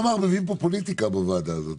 למה מערבבים פה פוליטיקה בוועדה הזאת,